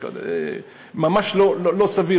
ממש לא סביר.